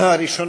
אלהרר,